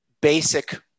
basic